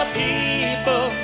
people